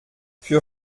für